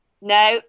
No